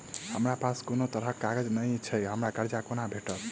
हमरा पास कोनो तरहक कागज नहि छैक हमरा कर्जा कोना भेटत?